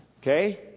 okay